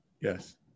Yes